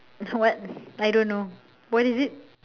!huh! what I don't know what is it